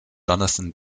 jonathan